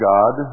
God